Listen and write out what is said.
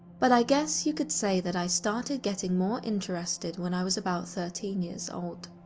but, i guess you could say that i started getting more interested when i was about thirteen years old.